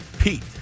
Pete